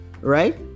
right